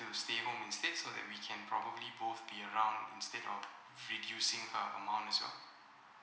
to stay home instead so that we can probably both be around instead of reducing her amount as well